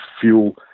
fuel